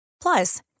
Plus